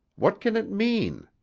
what can it mean?